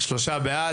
שלושה בעד.